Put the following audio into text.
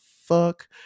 fuck